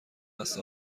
است